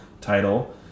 title